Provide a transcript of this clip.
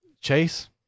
Chase